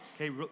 Okay